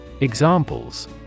Examples